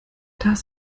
das